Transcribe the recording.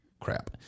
crap